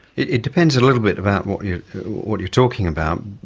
it depends a little bit about what you what you are talking about.